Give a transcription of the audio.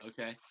Okay